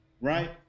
right